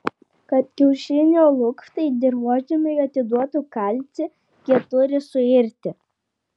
kad kiaušinio lukštai dirvožemiui atiduotų kalcį jie turi suirti